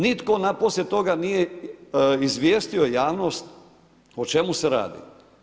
Nitko poslije toga nije izvijestio javnost o čemu se radi.